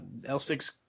L6